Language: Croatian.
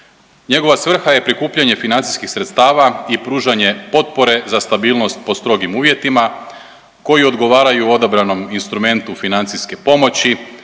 Njegova svrha je prikupljanje financijskih sredstava i pružanje potpore za stabilnost po strogim uvjetima koji odgovaraju odabranom instrumentu financijske pomoći